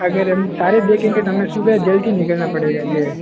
अगर हम सारे देखेंगे तो हमें सुबह जल्दी निकलना पड़ेगा ये